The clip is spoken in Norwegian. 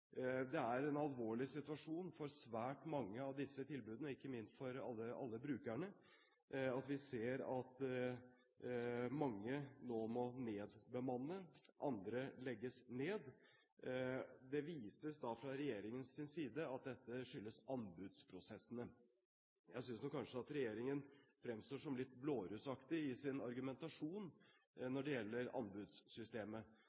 Det er en alvorlig situasjon når det gjelder svært mange av disse tilbudene, ikke minst for alle brukerne, når vi ser at mange nå må nedbemanne, andre legges ned. Det vises fra regjeringens side til at dette skyldes anbudsprosessene. Jeg synes nok kanskje at regjeringen fremstår som litt blårussaktig i sin argumentasjon